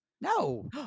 No